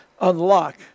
unlock